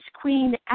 Queen